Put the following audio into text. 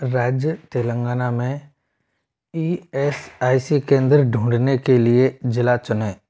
राज्य तेलंगाना में E S I C केंद्र ढूँढने के लिए जिला चुनें